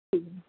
ठीक है